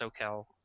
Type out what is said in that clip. SoCal